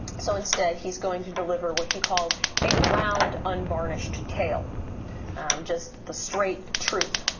so instead he's going to deliver what he calls a round unvarnished tale just the straight truth.